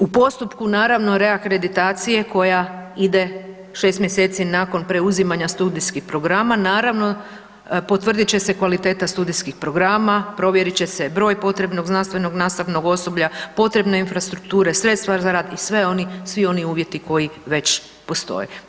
U postupku, naravno, reakreditacije koja ide 6 mjeseci nakon preuzimanja studijskih programa, naravno, potvrdit će se kvaliteta studijskih programa, provjerit će se broj potrebnog znanstvenog nastavnog osoblja, potrebne infrastrukture, sredstva za rad i sve oni, svi oni uvjeti koji već postoje.